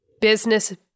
business